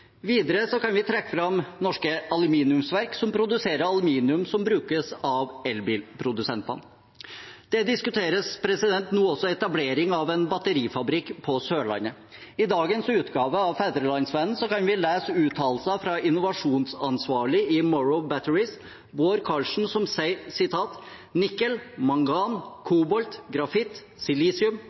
Videre kan vi trekke fram norske aluminiumsverk, som produserer aluminium som brukes av elbilprodusentene. Nå diskuteres også etablering av en batterifabrikk på Sørlandet. I dagens utgave av Fædrelandsvennen kan vi lese uttalelser fra innovasjonsansvarlig i Morrow Batteries, Bård Karlsen, som sier: «Nikkel, mangan, kobolt, grafitt, silisium,